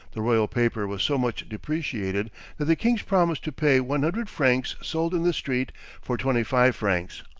the royal paper was so much depreciated that the king's promise to pay one hundred francs sold in the street for twenty-five francs.